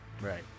right